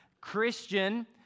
Christian